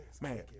Man